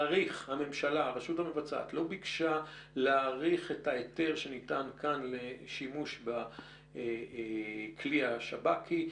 הרשות המבצעת לא ביקשה להאריך את ההיתר שניתן כאן לשימוש בכלי השב"כי,